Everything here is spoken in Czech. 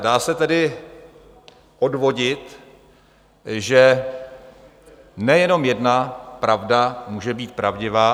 Dá se tedy odvodit, že nejenom jedna pravda může být pravdivá.